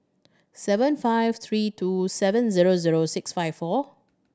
seven five three two seven zero zero six five four